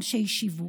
אנשי שיווק.